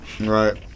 Right